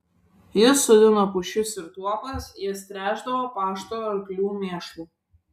jis sodino pušis ir tuopas jas tręšdavo pašto arklių mėšlu